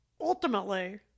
ultimately